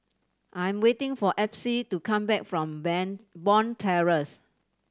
I'm waiting for Epsie to come back from Bond Terrace